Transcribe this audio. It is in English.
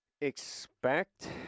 expect